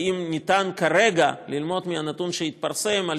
האם אפשר כרגע ללמוד מהנתון שהתפרסם על